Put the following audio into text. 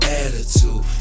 attitude